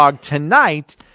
tonight